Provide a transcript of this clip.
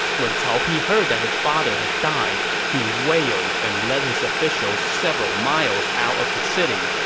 when cao pi heard that his father had died, he wailed and led his officials several miles out of the city,